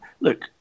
look